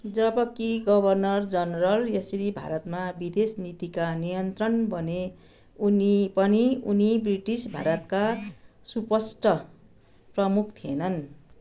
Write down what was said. जबकि governor general यसरी भारतमा विदेश नीतिका नियन्त्रण बने उनी पनि उनी ब्रिटिश भारतका सुपष्ट प्रमुख थिएनन्